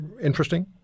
interesting